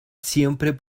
siempre